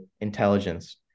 intelligence